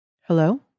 Hello